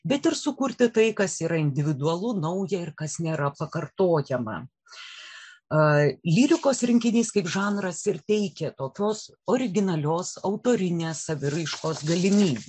bet ir sukurti tai kas yra individualu nauja ir kas nėra pakartojama lyrikos rinkinys kaip žanras ir teikė tokios originalios autorinės saviraiškos galimybių